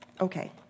Okay